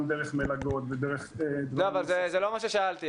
גם דרך מלגות ודרך --- זה לא מה ששאלתי,